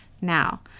now